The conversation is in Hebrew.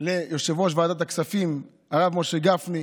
ליושב-ראש ועדת הכספים הרב משה גפני,